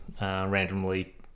randomly